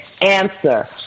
answer